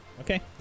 Okay